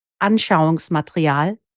Anschauungsmaterial